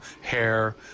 hair